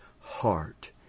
heart